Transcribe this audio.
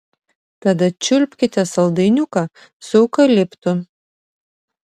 tada čiulpkite saldainiuką su eukaliptu